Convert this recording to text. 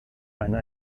einer